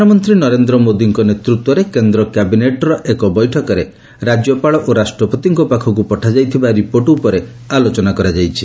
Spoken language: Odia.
ପ୍ରଧାନମନ୍ତ୍ରୀ ନରେନ୍ଦ୍ର ମୋଦିଙ୍କ ନେତୃତ୍ୱରେ କେନ୍ଦ୍ର କ୍ୟାବିନେଟ୍ର ଏକ ବୈଠକରେ ରାଜ୍ୟପାଳ ଓ ରାଷ୍ଟ୍ରପତିଙ୍କ ପାଖକୁ ପଠାଯାଇଥିବା ରିପୋର୍ଟ ଉପରେ ଆଲୋଚନା କରାଯାଇଛି